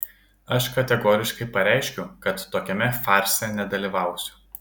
aš kategoriškai pareiškiu kad tokiame farse nedalyvausiu